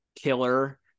killer